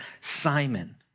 Simon